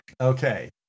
Okay